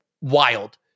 wild